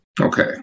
Okay